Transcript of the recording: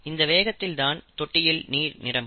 இந்த வேகத்தில் தான் தொட்டியில் நீர் நிரம்பும்